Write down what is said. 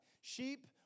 Sheep